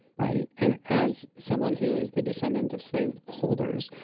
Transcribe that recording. right. and as someone who is the descendant of slave holders,